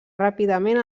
ràpidament